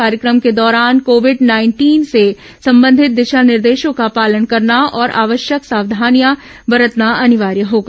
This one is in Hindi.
कार्यक्रम के दौरान कोविड नाइंटीन से संबंधित दिशा निर्देशों का पालन करना और आवश्यक सावधानियां बरतना अनिवार्य होगा